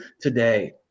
today